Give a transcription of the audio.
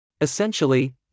Essentially